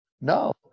No